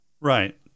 right